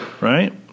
right